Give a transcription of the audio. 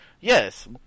Yes